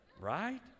Right